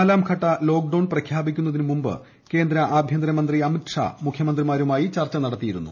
നാലാം ഘട്ട ലോക്ഡൌൺ പ്രഖ്യാപിക്കുന്നതിന് മുമ്പ് കേന്ദ്ര ആഭ്യന്തരമന്ത്രി അമിത് ഷാ മുഖ്യമന്ത്രിമാരുമായി ചർച്ച നടത്തിയിരുന്നു